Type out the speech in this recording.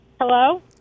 Hello